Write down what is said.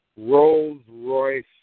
Rolls-Royce